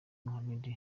mohammed